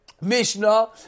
Mishnah